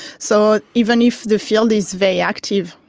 so even if the field is very active,